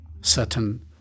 certain